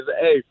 Hey